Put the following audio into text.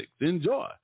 Enjoy